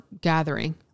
gathering